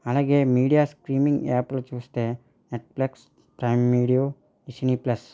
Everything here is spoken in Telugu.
అలాగే మీడియా స్ట్రీమింగ్ యాప్లు చూస్తే నెట్ఫ్లిక్స్ ప్రైమ్ వీడియో సినీప్లస్